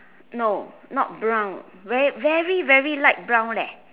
no not brown very very very light brown leh